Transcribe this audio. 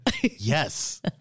Yes